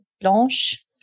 Blanche